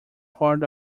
part